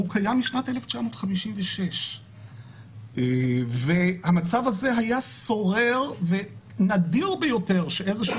קיים משנת 1956. המצב הזה היה שורר ונדיר ביותר שאיזשהו